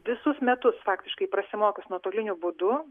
visus metus faktiškai prasimokius nuotoliniu būdu